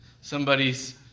somebody's